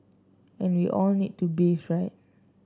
and we all need to bathe right